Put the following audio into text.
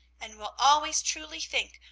and will always truly think,